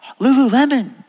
Lululemon